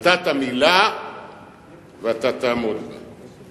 נתת מלה ואתה תעמוד בה.